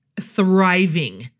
thriving